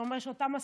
שאומר שאותם אסירים,